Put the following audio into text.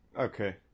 Okay